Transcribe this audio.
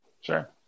Sure